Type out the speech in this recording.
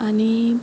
आनी